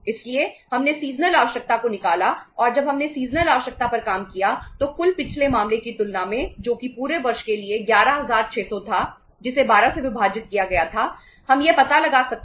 इसलिए हमने सीजनल आवश्यकता है